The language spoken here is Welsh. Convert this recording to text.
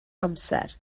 amser